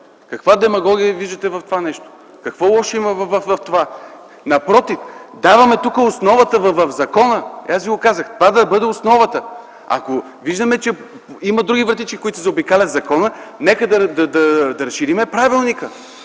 Каква демагогия виждате в това нещо? Какво лошо има в това? Напротив, даваме основата в закона. Аз ви го казах – това да бъде основата. Ако виждаме, че има други вратички, с които се заобикаля законът, нека да разширим правилника.